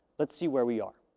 let's see where we are.